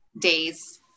days